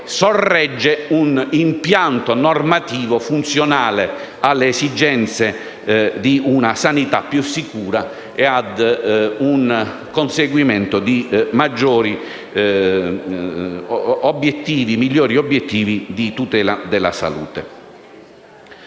sorregge un impianto normativo funzionale alle esigenze di una sanità più sicura e al conseguimento di maggiori e migliori obiettivi di tutela della salute.